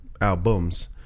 albums